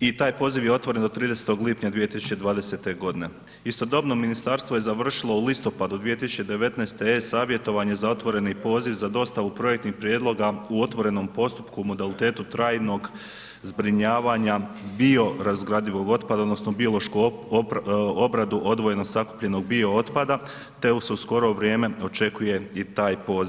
i taj poziv je otvoren do 30. lipnja 2020. g. Istodobno, ministarstvo je završilo u listopadu 2019. e-Savjetovanje za otvoreni poziv za dostavu projektnih prijedlogu u otvorenom postupku modalitetu trajnog zbrinjavanja biorazgradivog otpada, odnosno biološkog obradu odvojeno sakupljenog bio-otpada, te se u skoro vrijeme očekuje i taj poziv.